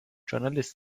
journalist